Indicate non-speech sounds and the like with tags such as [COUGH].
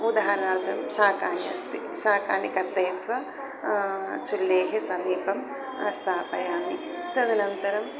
मोद [UNINTELLIGIBLE] शाकानि अस्ति शाकानि कर्तयित्वा चुल्लेः समीपं स्थापयामि तदनन्तरं